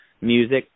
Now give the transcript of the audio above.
Music